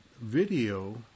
video